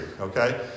okay